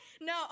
No